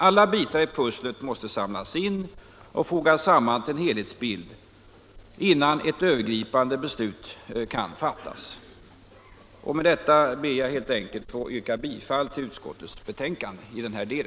Alla bitar i pusslet måste samlas in och fogas samman till en helhetsbild innan ett övergripande beslut kan fattas. Med detta ber jag helt enkelt att få yrka bifall till utskottets hemställan i denna del.